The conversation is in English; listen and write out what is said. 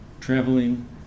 traveling